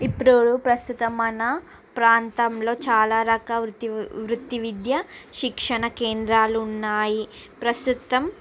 ఇప్పుడు ప్రస్తుతం మన ప్రాంతంలో చాలా రక వృ వృత్తి విద్య శిక్షణ కేంద్రాలు ఉన్నాయి ప్రస్తుతం